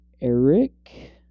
Eric